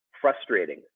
Frustrating